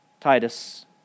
Titus